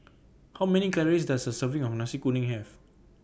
How Many Calories Does A Serving of Nasi Kuning Have